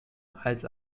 als